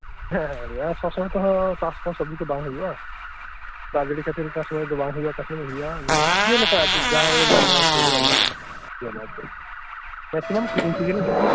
ᱦᱮᱸ ᱦᱮᱸ ᱥᱚᱵᱥᱩᱢᱟᱹᱭ ᱛᱚ ᱱᱚᱛᱮ ᱪᱟᱥᱠᱚᱦᱚᱸ ᱥᱚᱵᱡᱤ ᱠᱚᱦᱚᱸ ᱵᱟᱝ ᱦᱩᱭᱩᱜ ᱟ ᱫᱟᱜᱡᱟᱹᱲᱤ ᱠᱷᱟᱹᱛᱤᱨ ᱚᱠᱟᱥᱩᱢᱟᱹᱭ ᱫᱚ ᱵᱟᱝ ᱦᱩᱭᱩᱜ ᱟ ᱚᱠᱟᱥᱩᱢᱟᱹᱭ ᱫᱚ ᱦᱩᱭᱩᱜ ᱟ ᱡᱮᱞᱮᱠᱟ ᱟᱨᱠᱤ ᱡᱟ ᱧᱟᱢᱚᱜ ᱥᱩᱨᱨᱮ ᱚᱱᱟᱜᱤ ᱞᱮ ᱡᱚᱢᱟ ᱟᱨᱪᱮᱫ ᱢᱮᱠᱥᱤᱢᱟᱢ ᱠᱤᱨᱤᱧ ᱛᱮᱜᱤᱞᱮ ᱡᱚᱢᱟ